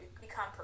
become